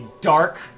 dark